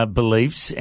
beliefs